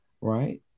right